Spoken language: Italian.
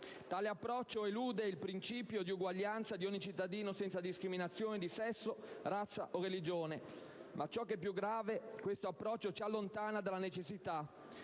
Tale approccio elude il principio di uguaglianza di ogni cittadino senza discriminazioni di sesso, razza o religione. Ma ciò che è più grave è che questo approccio ci allontana dalla necessità